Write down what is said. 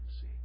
see